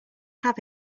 have